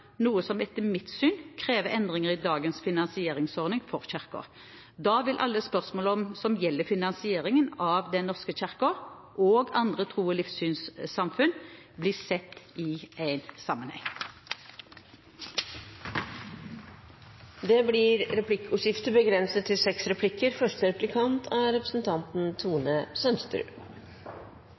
noe som etter mitt syn krever endringer i dagens finansieringsordning for Kirken. Da vil alle spørsmål som gjelder finansieringen av Den norske kirke og andre tros- og livssynssamfunn, bli sett i en sammenheng. Det blir replikkordskifte. Statsråden må ha kjent til